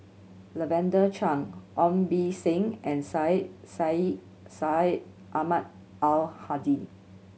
Lavender Chang Ong Beng Seng and Syed Sheikh Syed Ahmad Al Hadi